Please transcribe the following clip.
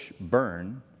burn